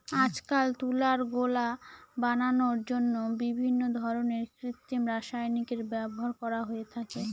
আজকাল তুলার গোলা বানানোর জন্য বিভিন্ন ধরনের কৃত্রিম রাসায়নিকের ব্যবহার করা হয়ে থাকে